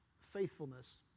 faithfulness